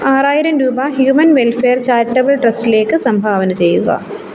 ആറായിരം രൂപ human welfare charitable ട്രസ്റ്റിലേക്ക് സംഭാവന ചെയ്യുക